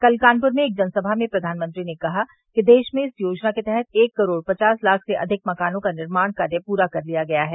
कल कानपुर में एक जनसभा में प्रधानमंत्री ने कहा कि देश में इस योजना के तहत एक करोड़ पचास लाख से अधिक मकानों का निर्माण कार्य पूरा कर लिया गया है